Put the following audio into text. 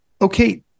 okay